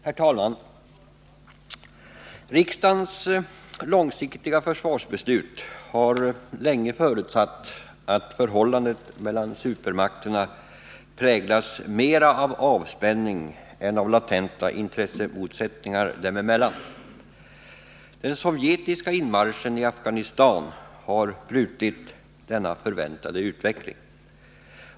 Herr talman! Riksdagens långsiktiga försvarsbeslut har länge förutsatt att förhållandet mellan supermakterna präglas mera av avspänning än av latenta intressemotsättningar dem emellan. Den sovjetiska inmarschen i Afghanistan har brutit denna förväntade utveckling.